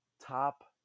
top